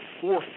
four